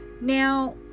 Now